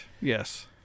Yes